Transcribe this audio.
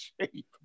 shape